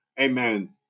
Amen